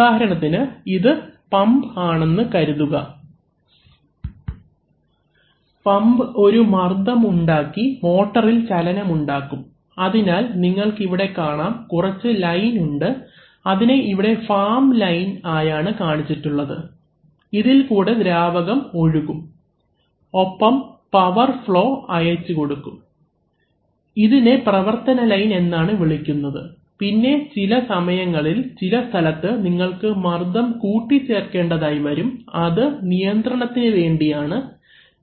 ഉദാഹരണത്തിന് ഇത് പമ്പ് ആണെന്ന് കരുതുക ഇത് മോട്ടർ ആണെന്ന് കരുതുക പമ്പ് ഒരു മർദ്ദം ഉണ്ടാക്കി മോട്ടറിൽ ചലനം ഉണ്ടാകും അതിനാൽ നിങ്ങൾക്ക് ഇവിടെ കാണാം കുറച്ച് ലൈൻ ഉണ്ട് അതിനെ ഇവിടെ ഫാം ലൈൻ ആയാണ് കാണിച്ചിട്ടുള്ളത് ഇതിൽ കൂടെ ദ്രാവകം ഒഴുകും ഒപ്പം പവർ അയച്ചുകൊടുക്കും ഇതിനെ പ്രവർത്തന ലൈൻ എന്നാണ് വിളിക്കുന്നത് പിന്നെ ചില സമയങ്ങളിൽ ചില സ്ഥലത്ത് നിങ്ങൾക്ക് മർദ്ദം കൂട്ടി ചേർക്കേണ്ടത് ആയി വരും അത് നിയന്ത്രണത്തിന് വേണ്ടിയാണ്